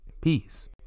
Peace